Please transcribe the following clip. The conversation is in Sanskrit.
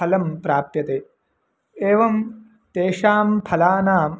फलं प्राप्यते एवं तेषां फलानां